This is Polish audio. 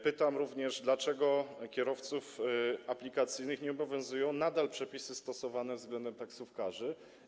Pytam również, dlaczego kierowców aplikacyjnych nie obowiązują nadal przepisy stosowane względem taksówkarzy.